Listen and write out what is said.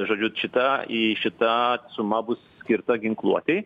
žodžiu čita i šita suma bus skirta ginkluotei